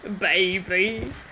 baby